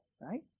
right